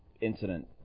incident